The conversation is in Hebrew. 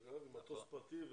במטוס פרטי,